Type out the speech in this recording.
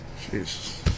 Jesus